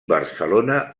barcelona